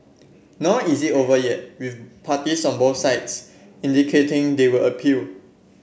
nor is it over yet with parties on both sides indicating they will appeal